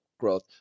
growth